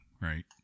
right